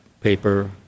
paper